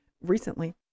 recently